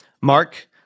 Mark